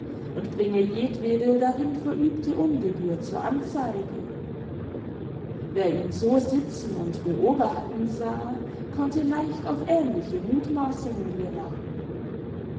und bringe jedwede darin verübte ungebühr zur anzeige wer ihn so sitzen und beobachten sah konnte leicht auf ähnliche muthmaßungen gerathen